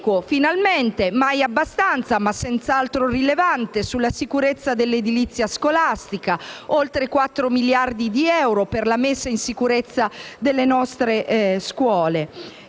non è mai abbastanza, ma senz'altro rilevante - sulla sicurezza dell'edilizia scolastica: oltre 4 miliardi di euro destinati alla messa in sicurezza delle nostre scuole.